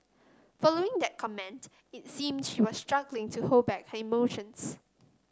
following that comment it seemed she was struggling to hold back her emotions